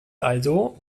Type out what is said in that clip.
also